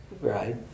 right